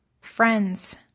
friends